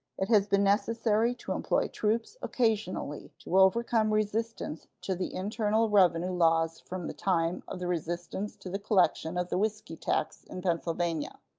it has been necessary to employ troops occasionally to overcome resistance to the internal-revenue laws from the time of the resistance to the collection of the whisky tax in pennsylvania,